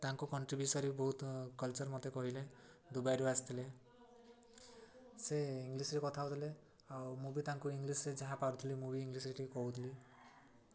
ତାଙ୍କ କଣ୍ଟ୍ରି ବିଷୟରେ ବହୁତ କଲଚର୍ ମୋତେ କହିଲେ ଦୁବାଇରୁ ଆସିଥିଲେ ସେ ଇଂଲିଶରେ କଥା ହଉଥିଲେ ଆଉ ମୁଁ ବି ତାଙ୍କୁ ଇଂଲିଶରେ ଯାହା ପାରୁଥିଲି ମୁଁ ବି ଇଂଲିଶରେ ଟିକିଏ କହୁଥିଲି